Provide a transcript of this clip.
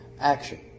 action